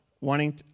wanting